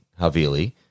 Havili